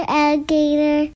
alligator